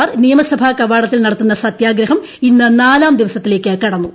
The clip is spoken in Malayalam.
മാർ നിയമസഭാ കവാടത്തിൽ നടത്തുന്ന സത്യഗ്രഹം ഇന്ന് നാലാം ദിവസത്തിലേക്ക് കടന്നു